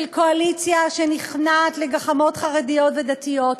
קואליציה שנכנעת לגחמות חרדיות ודתיות.